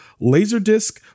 Laserdisc